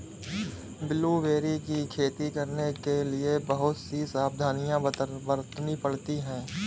blueberry की खेती करने के लिए बहुत सी सावधानियां बरतनी पड़ती है